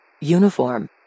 Uniform